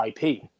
IP